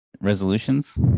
resolutions